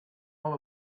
all